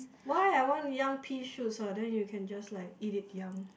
why I want young pea shoots !wah! then you can just like eat it young